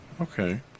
Okay